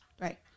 Right